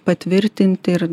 patvirtinti ir